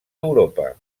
europa